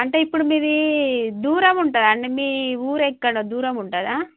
అంటే ఇప్పుడు మీద దూరం ఉంటుందా అండి మీ ఊర ఎక్కడ దూరం ఉంటుందా